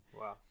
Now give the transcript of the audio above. Wow